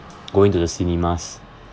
going to the cinemas